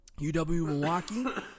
UW-Milwaukee